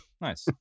nice